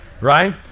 right